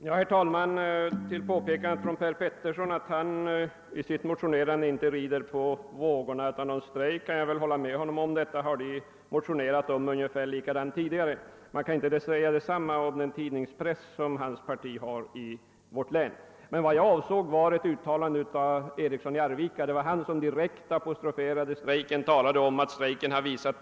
Herr talman! Jag kan hålla med Per Petersson när han säger att han i sitt motionerande inte rider på vågorna från någon strejk. Hans parti har motionerat om detta på ungefär samma sätt tidigare. Man kan däremot inte säga detsamma om hans partis tidningspress i vårt län. Vad jag avsåg var ett uttalande av herr Eriksson i Arvika, som direkt apostroferade strejken och hela tiden talade om vad strejken hade visat.